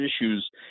issues